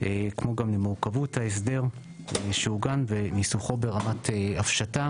כמו גם למורכבות ההסדר וניסוחו ברמת הפשטה